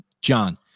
John